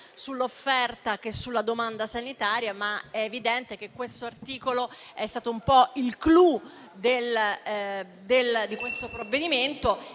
Grazie